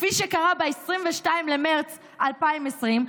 כפי שקרה ב-22 במרץ 2020,